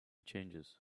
changes